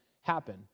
Happen